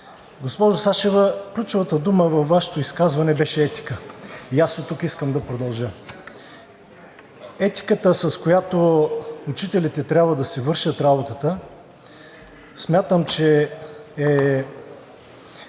Госпожо Сачева, ключовата дума във Вашето изказване беше етика. И аз оттук искам да продължа. Етиката, с която учителите трябва да си вършат работата, смятам, че е